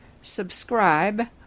subscribe